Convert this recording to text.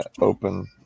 open